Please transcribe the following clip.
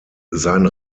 sein